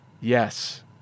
yes